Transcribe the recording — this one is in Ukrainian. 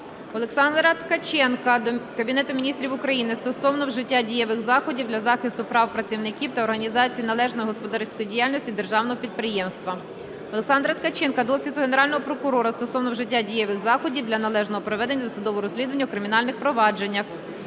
Олександра Ткаченка до Кабінету Міністрів України стосовно вжиття дієвих заходів для захисту прав працівників та організації належної господарської діяльності державного підприємства. Олександра Ткаченка до Офісу Генерального прокурора стосовно вжиття дієвих заходів для належного проведення досудового розслідування у кримінальних провадженнях.